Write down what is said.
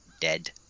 dead